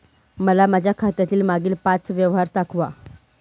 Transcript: मला माझ्या खात्यातील मागील पांच व्यवहार दाखवा